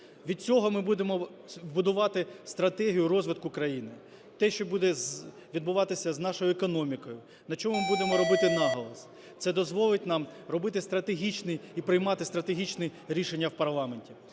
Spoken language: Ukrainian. Від цього ми будемо будувати стратегію розвитку країни, те, що буде відбуватися з нашою економікою, на чому будемо робити наголос. Це дозволить нам робити стратегічні і приймати стратегічні рішення в парламенті,